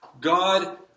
God